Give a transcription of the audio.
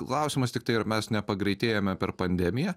klausimas tiktai ar mes nepagreitėjome per pandemiją